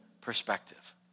perspective